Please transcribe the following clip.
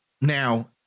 now